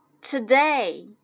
today